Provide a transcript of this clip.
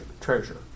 treasure